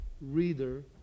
reader